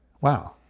wow